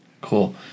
Cool